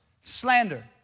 slander